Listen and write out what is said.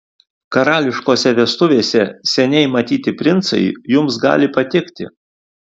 karališkose vestuvėse seniai matyti princai jums gali patikti